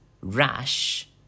rash